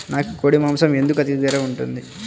నాకు కోడి మాసం ఎందుకు అధిక ధర ఉంటుంది?